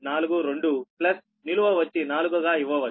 42 plus నిలువు వచ్చి 4 గా ఇవ్వవచ్చు